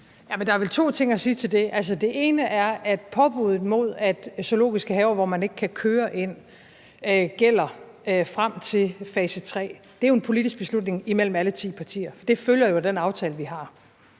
Der er vel to ting at sige til det. Det ene er, at påbuddet mod zoologiske haver, hvor man ikke kan køre ind, gælder frem til fase tre, og det er jo en politisk beslutning imellem alle ti partier. Det følger jo af den aftale, vi har.